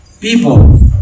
people